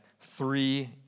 three